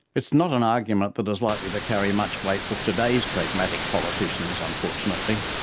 it's not an argument that is likely to carry much weight with today's pragmatic politicians unfortunately,